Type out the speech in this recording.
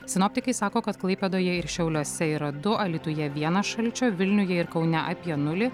sinoptikai sako kad klaipėdoje ir šiauliuose yra du alytuje vienas šalčio vilniuje ir kaune apie nulį